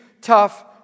tough